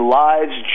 lives